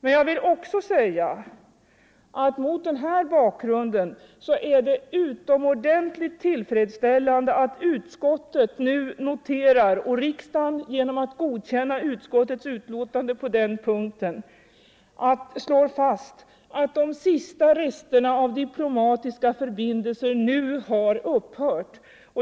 Men det är också utomordentligt tillfredsställande att utskottet nu noterar och riksdagen genom att bifalla utskottets hemställan på den punkten slår fast att de sista resterna av diplomatiska förbindelser med Saigon nu har upphört.